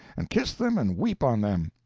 and kiss them and weep on them.